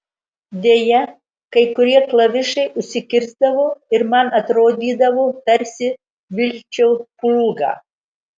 deja kai kurie klavišai užsikirsdavo ir man atrodydavo tarsi vilkčiau plūgą